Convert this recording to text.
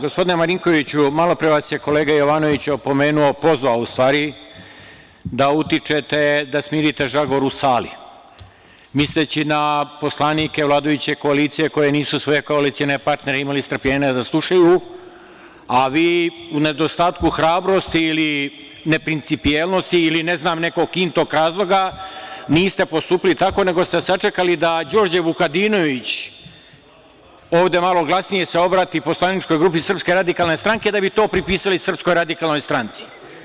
Gospodine Marinkoviću, malopre vas je kolega Jovanović opomenuo, pozvao, u stvari, da smirite žagor u sali, misleći na poslanike vladajuće koalicije koji nisu svoje koalicione partnere imali strpljenja da slušaju, a vi u nedostatku hrabrosti ili neprincipijelnosti ili ne znam nekog razloga, niste postupili tako, nego ste sačekali da Đorđe Vukadinović ovde malo glasnije se obrati poslaničkoj grupi Srpske radikalne stranke, da bi to pripisali Srpskoj radikalnoj stranci.